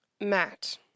Matt